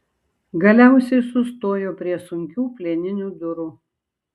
galiausiai sustojo prie sunkių plieninių durų